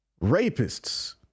rapists